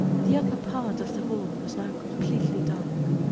the upper part of the hall was now completely dark.